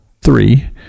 three